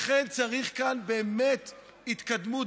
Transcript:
לכן צריך כאן באמת התקדמות.